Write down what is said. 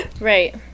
right